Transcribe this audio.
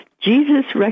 Jesus